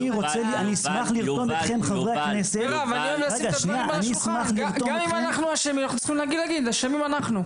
גם אם אנחנו אשמים אנחנו צריכים להגיד: "אשמים אנחנו".